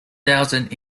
thousand